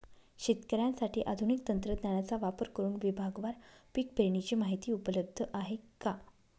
शेतकऱ्यांसाठी आधुनिक तंत्रज्ञानाचा वापर करुन विभागवार पीक पेरणीची माहिती उपलब्ध आहे का?